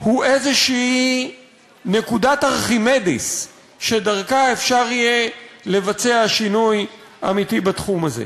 הוא איזו נקודת ארכימדס שדרכה אפשר יהיה לבצע שינוי אמיתי בתחום הזה.